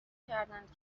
کردند